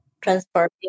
Transforming